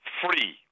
free